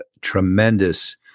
tremendous